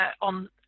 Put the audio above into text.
on